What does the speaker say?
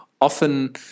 often